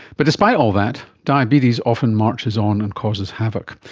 but despite all that, diabetes often marches on and causes havoc.